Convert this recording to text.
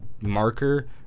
marker